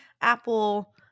apple